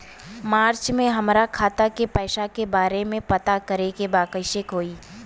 मार्च में हमरा खाता के पैसा के बारे में पता करे के बा कइसे होई?